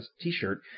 T-shirt